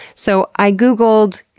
so, i googled,